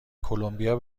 کلمبیا